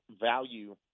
value